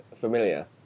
familiar